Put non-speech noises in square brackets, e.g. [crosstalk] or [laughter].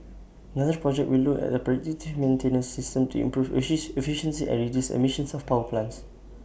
another project will look at A predictive maintenance system to improve [unintelligible] efficiency and reduce emissions of power plants